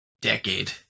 decade